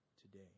today